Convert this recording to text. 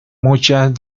muchas